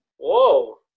Whoa